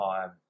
time